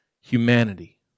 humanity